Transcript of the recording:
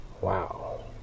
Wow